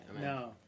no